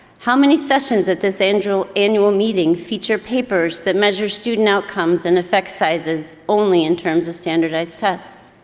how many sessions at this annual annual meeting feature papers that measure student outcomes and effect sizes only in terms of standardized tests?